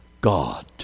God